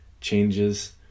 Changes